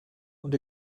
und